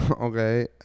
okay